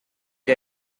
gli